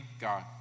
God